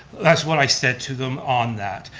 that's what i said to them on that.